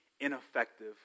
ineffective